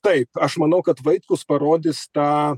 taip aš manau kad vaitkus parodys tą